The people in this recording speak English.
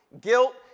Guilt